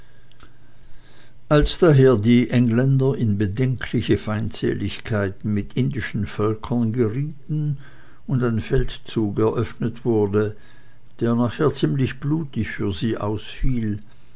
als daher die engländer in bedenkliche feindseligkeiten mit indischen völkern gerieten und ein feldzug eröffnet wurde der nachher ziemlich blutig für sie ausfiel